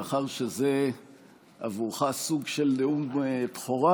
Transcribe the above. מאחר שזה עבורך גם סוג של נאום בכורה,